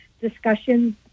discussions